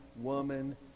woman